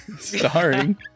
Starring